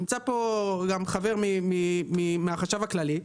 ונמצא פה גם חבר מהחשב הכללי,